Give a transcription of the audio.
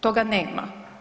Toga nema.